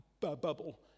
bubble